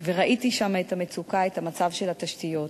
וראיתי שם את המצוקה, את המצב של התשתיות,